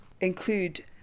include